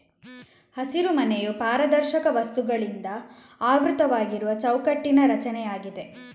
ಹಸಿರುಮನೆಯು ಪಾರದರ್ಶಕ ವಸ್ತುಗಳಿಂದ ಆವೃತವಾಗಿರುವ ಚೌಕಟ್ಟಿನ ರಚನೆಯಾಗಿದೆ